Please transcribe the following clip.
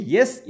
Yes